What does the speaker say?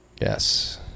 Yes